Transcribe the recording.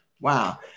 Wow